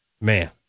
Man